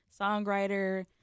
Songwriter